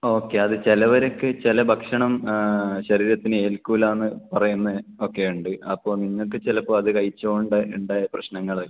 okay അത് ചിലവർക്ക് ചില ഭക്ഷണം ശരീരത്തിന് ഏൽക്കില്ല എന്നു പറയുന്നൊക്കെയുണ്ട് അപ്പോൾ നിങ്ങൾക്ക് ചിലപ്പോൾ അത് കഴിച്ചത് കൊണ്ട് ഉണ്ടായ പ്രശ്നങ്ങളായിരിക്കും